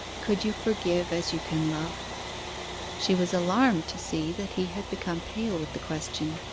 could you forgive as you can love she was alarmed to see that he had become pale with the question.